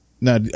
Now